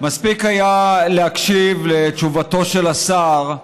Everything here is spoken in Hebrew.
מספיק היה להקשיב לתשובתו של השר.